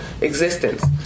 existence